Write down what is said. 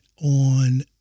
on